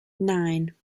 nine